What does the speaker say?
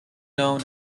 known